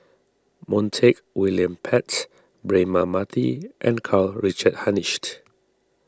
Montague William Pett Braema Mathi and Karl Richard Hanitsch